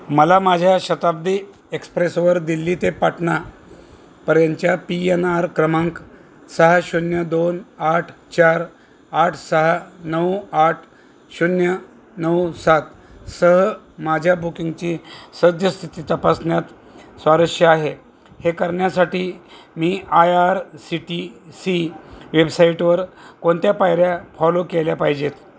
मला माझ्या शताब्दी एक्सप्रेसवर दिल्ली ते पाटणा पर्यंतच्या पी एन आर क्रमांक सहा शून्य दोन आठ चार आठ सहा नऊ आठ शून्य नऊ सात सह माझ्या बुकिंगची सद्यस्थिती तपासण्यात स्वारस्य आहे हे करण्यासाठी मी I R C T C वेबसाईटवर कोणत्या पायऱ्या फॉलो केल्या पाहिजेत